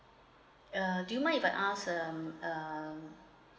uh do you mind if I ask um uh